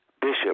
Bishop